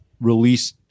release